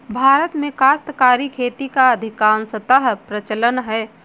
भारत में काश्तकारी खेती का अधिकांशतः प्रचलन है